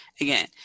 again